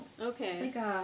Okay